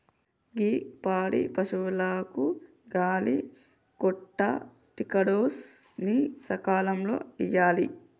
గీ పాడి పసువులకు గాలి కొంటా టికాడోస్ ని సకాలంలో ఇయ్యాలి